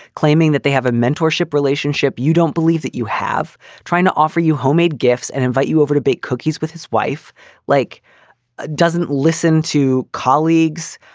claiming that they have a mentorship relationship. you don't believe that you have trying to offer you homemade gifts and invite you over to bake cookies with his wife like doesn't listen to colleagues.